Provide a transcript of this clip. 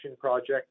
project